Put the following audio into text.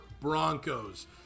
Broncos